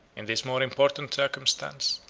in this more important circumstance,